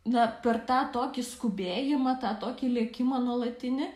na per tą tokį skubėjimą tą tokį lėkimą nuolatinį